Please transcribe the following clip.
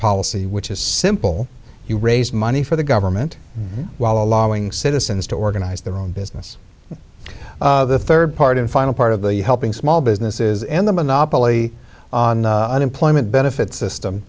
policy which is simple you raise money for the government while allowing citizens to organize their own business the third part and final part of the helping small businesses and the monopoly on unemployment